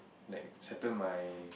like settle my